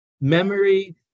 memory